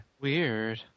Weird